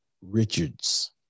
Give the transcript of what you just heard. Richard's